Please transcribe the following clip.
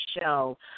show